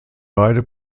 beide